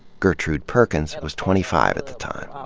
gertrude perkins was twenty-five at the time.